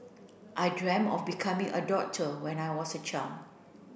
I dreamt of becoming a doctor when I was a child